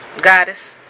goddess